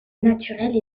naturelle